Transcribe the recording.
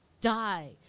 die